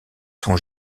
sont